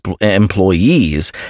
employees